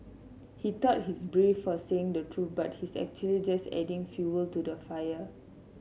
he thought he's brave for saying the truth but he's actually just adding fuel to the fire